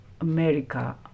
America